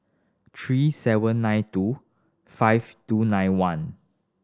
three seven nine two five two nine one